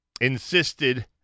insisted